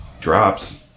drops